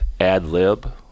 ad-lib